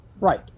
right